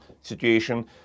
situation